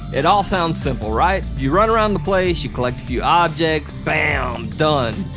it all sounds simple right? you run around the place. you collect a few objects bam done.